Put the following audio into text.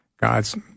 god's